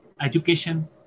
education